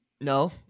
No